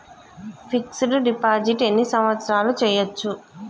Fix డ్ deposit ఎన్ని సంవత్సరాలు చేయచ్చు?